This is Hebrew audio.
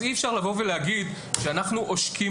אז אי אפשר לבוא ולהגיד שאנחנו עושקים